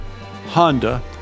Honda